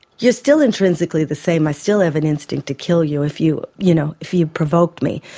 you're still intrinsically the same, i still have an instinct to kill you if you you know if you'd provoked me,